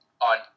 on